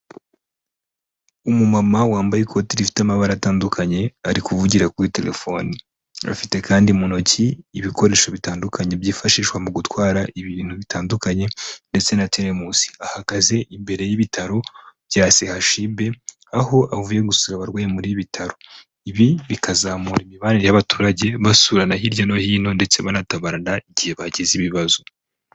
Umumama wambaye ikoti rifite amabara atandukanye ari kuvugira kuri telefoni afite kandi mu ntoki ibikoresho bitandukanye byifashishwa mu gutwara ibintu bitandukanye ndetse na teremusi ahagaze imbere y'ibitaro bya CHUB aho avuye gusura abarwayi muri ibi bitaro ibi bikazamura imibanire y'abaturage basurana hirya no hino ndetse banatabarana igihe bagize ibibazo.